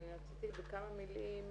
אבל אני רציתי בכמה מילים